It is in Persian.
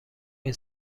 این